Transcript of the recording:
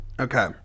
okay